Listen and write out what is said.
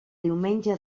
diumenge